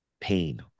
pain